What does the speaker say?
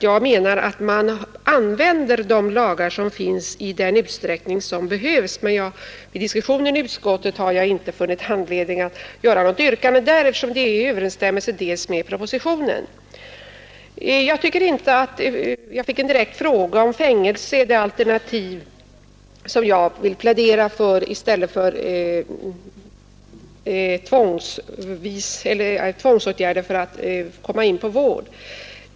Jag menar att man använder sig av de lagar som finns i den utsträckning som behövs, men i diskussionen i utskottet har jag inte funnit anledning att framställa något yrkande därvidlag, eftersom det är i överensstämmelse med bl.a. propositionen. Jag fick en direkt fråga, om fängelse är det alternativ som jag vill plädera för i stället för tvångsåtgärder när det gäller dem som behöver vård.